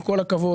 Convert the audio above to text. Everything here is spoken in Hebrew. עם כל הכבוד,